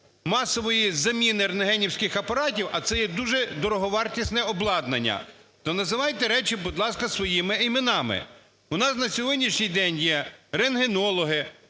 масової заміни рентгенівських апаратів, а це є дуже дороговартісне обладнання, то називайте речі, будь ласка, своїми іменами. У нас на сьогоднішній день є рентгенологи,